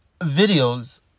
videos